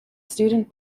student